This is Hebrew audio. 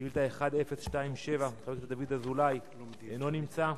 שאילתא 1027, של חבר הכנסת דוד אזולאי, אינו נמצא,